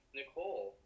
Nicole